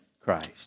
Christ